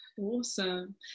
Awesome